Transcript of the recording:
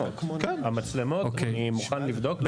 המצלמות אני מוכן לבדוק.